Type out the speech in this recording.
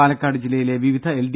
പാലക്കാട് ജില്ലയിലെ വിവിധ L D